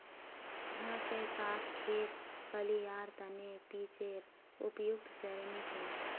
छह से सात खेत फलियार तने पीएचेर उपयुक्त श्रेणी छे